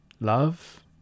love